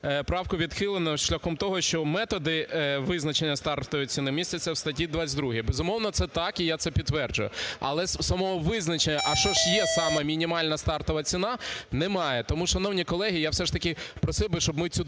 правку відхилено шляхом того, що методи визначення стартової ціни містяться у статті 22. Безумовно, це так і я це підтверджую. Але самого визначення, а що ж є саме мінімальна стартова ціна немає. Тому, шановні колеги, я все ж таки просив би, щоб ми цю